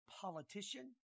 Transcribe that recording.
politician